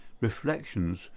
reflections